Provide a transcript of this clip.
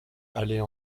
aller